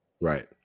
right